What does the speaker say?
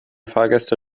fahrgäste